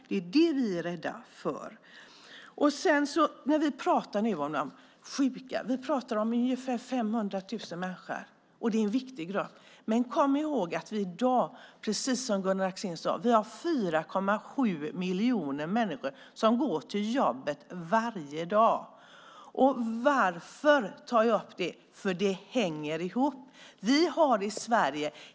Det är det som vi är rädda för. Vi talar nu om de sjuka, och då talar vi om ungefär 500 000 människor, och det är en viktig grupp. Men kom ihåg att vi i dag, precis som Gunnar Axén sade, har 4,7 miljoner människor som går till jobbet varje dag. Varför tar jag upp det? Jo, därför att det hänger ihop.